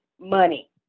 money